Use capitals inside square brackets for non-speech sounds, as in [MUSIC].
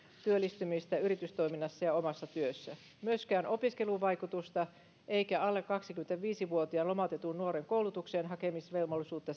työllistymistä yritystoiminnassa ja omassa työssä myöskään ei selvitettäisi opiskelun vaikutusta eikä alle kaksikymmentäviisi vuotiaan lomautetun nuoren koulutukseen hakemisen velvollisuutta [UNINTELLIGIBLE]